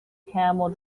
camel